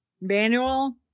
manual